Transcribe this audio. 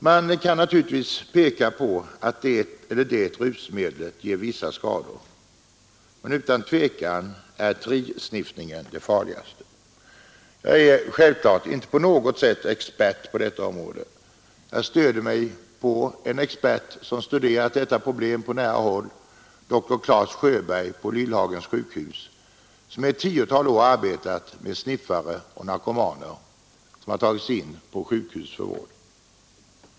Man kan naturligtvis peka på att det eller det berusningsmedlet ger skador, men utan tvekan är trisniffning det farligaste. Jag är naturligtvis inte någon expert på detta område — jag stöder mig på en expert som har studerat detta problem på nära håll, dr Claes Sjöberg på Lillhagens sjukhus. Han har ett tiotal år arbetat med sniffare och narkomaner som har tagits in på sjukhuset för vård.